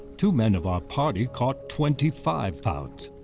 two men of our party caught twenty five pounds.